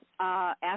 Ask